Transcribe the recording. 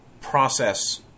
process